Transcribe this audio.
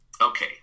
Okay